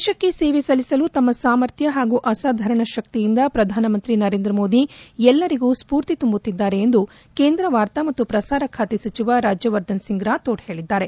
ದೇಶಕ್ಕೆ ಸೇವೆ ಸಲ್ಲಿಸಲು ತಮ್ನ ಸಾಮರ್ಥ್ನ ಹಾಗೂ ಅಸಾಧಾರಣ ಶಕ್ತಿಯಿಂದ ಪ್ರಧಾನಮಂತ್ರಿ ನರೇಂದ್ರ ಮೋದಿ ಎಲ್ಲರಿಗೂ ಸ್ಕೂರ್ತಿ ತುಂಬುತ್ತಿದ್ದಾರೆ ಎಂದು ಕೇಂದ್ರ ವಾರ್ತಾ ಮತ್ತು ಪ್ರಸಾರ ಖಾತೆ ಸಚಿವ ರಾಜ್ಯವರ್ಧನ್ ರಾಥೋಡ್ ಹೇಳಿದ್ದಾರೆ